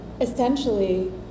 Essentially